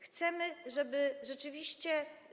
Chcemy, żeby rzeczywiście.